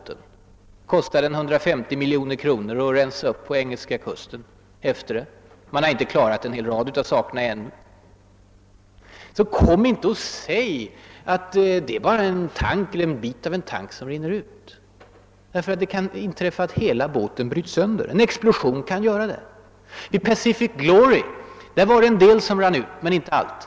Det kostade 150 miljoner kronor att rensa upp på den engelska kusten efteråt. Man har ännu inte rensat upp allt. Kom alltså inte och säg att det bara är en del av oljelasten som rinner ut. Det kan inträffa att hela båten bryts sönder. När Pacific Glory havererade var det en del av oljan som rann ut, men inte allt.